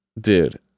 Dude